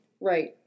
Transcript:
Right